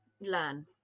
learn